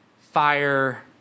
fire